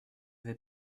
vais